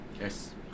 Yes